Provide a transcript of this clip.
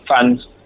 fans